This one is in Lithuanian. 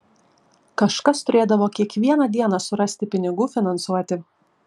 kažkas turėdavo kiekvieną dieną surasti pinigų finansuoti